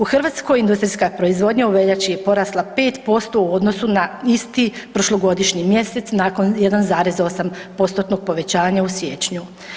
U Hrvatskoj industrijska proizvodnja u veljači je porasla 5% u odnosu na isti prošlogodišnji mjesec nakon 1,8%-tnog povećanja u siječnju.